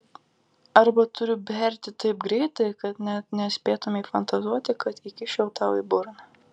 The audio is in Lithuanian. arba turiu berti taip greitai kad net nespėtumei fantazuoti kad įkiščiau tau į burną